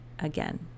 again